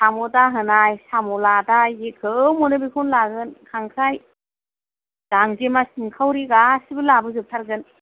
साम' दाहोनाइ साम' लादाइ जेखौ मोनो बेखौनो लागोन खांख्राइ गांजेमा सिन्खावरि गासिबो लाबो जोबथारगोन